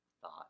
thought